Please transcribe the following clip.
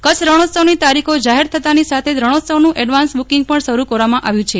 કચ્છ રણોત્સવની તારીખો જાહેર થતાની સાથે જ રણોત્સવનું એડવાન્સ બુકીંગ પણ શરૂ કરવામાં આવ્યું છે